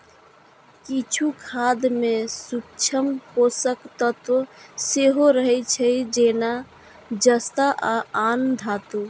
किछु खाद मे सूक्ष्म पोषक तत्व सेहो रहै छै, जेना जस्ता आ आन धातु